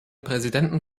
präsidenten